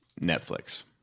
Netflix